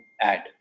add